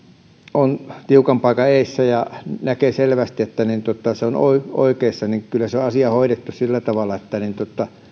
on tiukan paikan edessä ja missä näkee selvästi että hän on oikeassa ja kyllä se asia on hoidettu sillä tavalla että